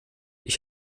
ich